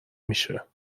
میشه